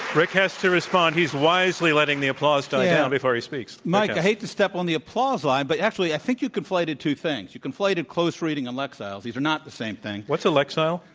rick hess to respond. he's wisely letting the applause die down before he speaks. yeah. mike, i hate to step on the applause line, but actually i think you conflated two things. you conflated close reading and lexile. these are not the same thing. what's a lexile?